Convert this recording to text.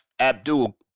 abdul